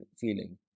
feeling